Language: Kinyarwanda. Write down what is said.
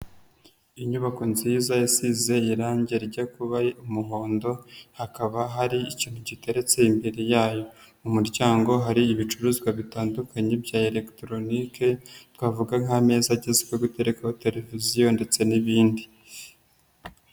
Inyubako nziza isize irangi rijya kuba umuhondo hakaba hari ikintu giteretse imbere yayo, mu muryango hari ibicuruzwa bitandukanye bya elegitoronike twavuga nk'ameza agezweho yo guterekaho televiziyo ndetse n'ibindi.